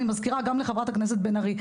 אני מזכירה גם לחה"כ בן ארי,